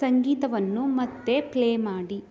ಸಂಗೀತವನ್ನು ಮತ್ತೆ ಪ್ಲೇ ಮಾಡಿ